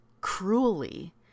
cruelly